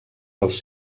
dels